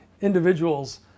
individuals